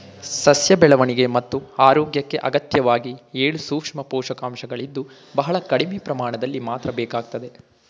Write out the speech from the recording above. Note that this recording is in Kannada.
ಸಸ್ಯ ಬೆಳವಣಿಗೆ ಮತ್ತು ಆರೋಗ್ಯಕ್ಕೆ ಅತ್ಯಗತ್ಯವಾಗಿ ಏಳು ಸೂಕ್ಷ್ಮ ಪೋಷಕಾಂಶಗಳಿದ್ದು ಬಹಳ ಕಡಿಮೆ ಪ್ರಮಾಣದಲ್ಲಿ ಮಾತ್ರ ಬೇಕಾಗ್ತದೆ